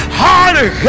harder